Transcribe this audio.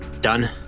Done